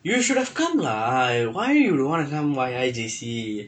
you should have come lah why you don't want to come why I_J_C